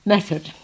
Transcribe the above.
Method